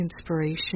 inspiration